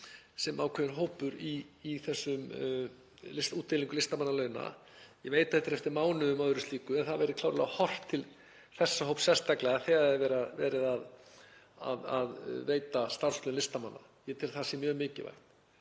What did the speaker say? sem ákveðinn hópur í þessari útdeilingu listamannalauna. Ég veit að þetta er eftir mánuðum og öðru slíku, en það væri þá klárlega horft til þessa hóps sérstaklega þegar verið er að veita starfslaun listamanna. Ég tel að það sé mjög mikilvægt.